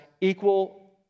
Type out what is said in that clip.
equal